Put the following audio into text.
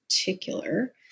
particular